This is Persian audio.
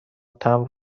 تمبر